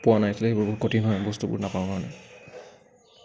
পোৱা নাই এক্সোৱেলী সেইবোৰ বহুত কঠিন হয় বস্তুবোৰ নাপাওঁ কাৰণে